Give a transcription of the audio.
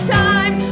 time